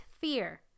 fear